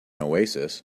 oasis